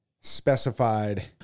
specified